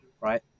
right